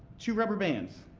two rubbers bands.